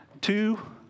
Two